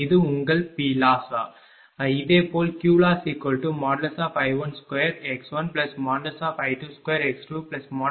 இது உங்கள் PLoss